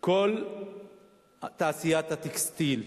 כל תעשיית הטקסטיל.